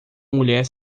mulher